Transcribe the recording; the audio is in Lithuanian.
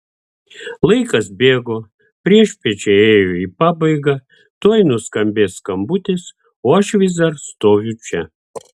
laikas bėgo priešpiečiai ėjo į pabaigą tuoj nuskambės skambutis o aš vis dar stoviu čia